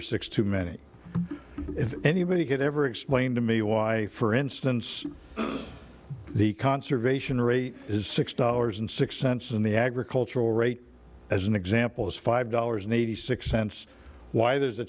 or six too many if anybody could ever explain to me why for instance the conservation rate is six dollars and six cents in the agricultural rate as an example is five dollars and eighty six cents why there's a